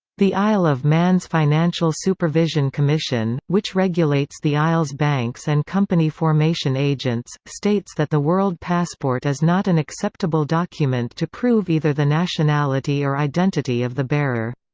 the isle of man's financial supervision commission, which regulates the isle's banks and company formation agents, states that the world passport is not an acceptable document to prove either the nationality or identity of the bearer.